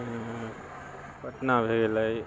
पटना भए गेलै